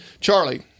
Charlie